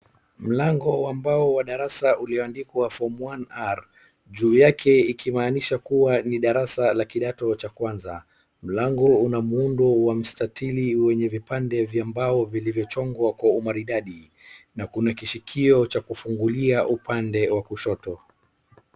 Mlango wa mbao wa darasa ulioandikwa form one R juu yake ikimaanisha kuwa ni darasa la kidato cha kwanza. Mlango una muundo wa mstatili wenye vipande vya mbao vilivyochongwa kwa umaridadi. Na kuna kishikio cha kufungulia upande wa kushoto.